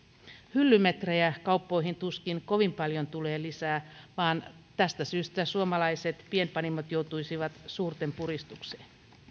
hyllymetrejä kauppoihin tuskin kovin paljon tulee lisää vaan tästä syystä suomalaiset pienpanimot joutuisivat suurten puristukseen